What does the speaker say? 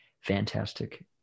fantastic